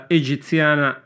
egiziana